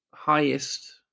highest